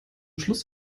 schluss